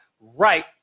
right